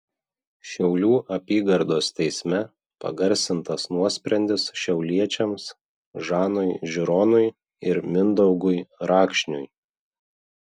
šiaulių apygardos teisme pagarsintas nuosprendis šiauliečiams žanui žironui ir mindaugui rakšniui